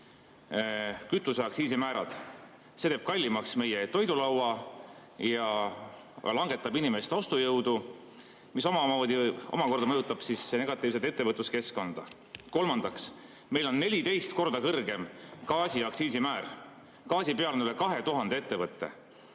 kütuseaktsiisi määrad. See teeb kallimaks meie toidulaua ja langetab inimeste ostujõudu, mis omakorda mõjutab negatiivselt ettevõtluskeskkonda. Kolmandaks. Meil on 14 korda kõrgem gaasiaktsiisi määr. Gaasi peal on üle 2000 ettevõtte.